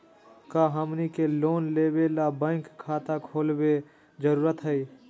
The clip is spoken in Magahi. का हमनी के लोन लेबे ला बैंक खाता खोलबे जरुरी हई?